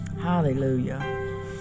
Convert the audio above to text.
Hallelujah